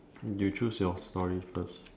you choose your story first